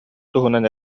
туһунан